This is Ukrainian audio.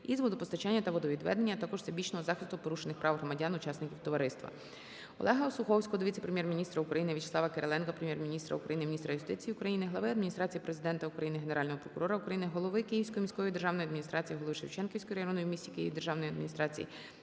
із водопостачання та водовідведення, а також всебічного захисту порушених прав громадян - учасників товариства. ОлегаОсуховського до віце-прем'єр-міністра України В'ячеслава Кириленка, Прем'єр-міністра України, міністра юстиції України, глави Адміністрації Президента України, Генерального прокурора України, голови Київської міської державної адміністрації, голови Шевченківської районної в місті Києві державної адміністрації